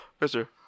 Mr